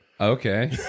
Okay